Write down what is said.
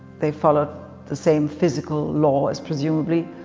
they followed the same physical law as, presumably,